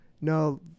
no